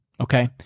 Okay